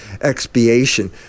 expiation